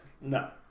No